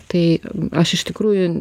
tai aš iš tikrųjų